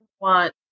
want